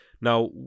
Now